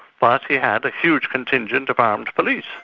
but he had a huge contingent of armed police.